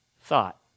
thought